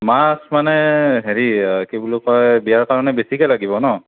মাছ মানে হেৰি কি বুলি কয় বিয়াৰ কাৰণে বেছিকৈ লাগিব ন